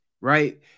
right